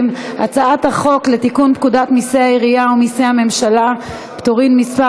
חוק לתיקון פקודת מסי העירייה ומסי הממשלה (פטורין) (מס'